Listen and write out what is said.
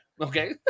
Okay